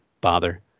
bother